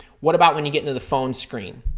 what about when you get into the phone screen?